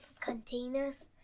containers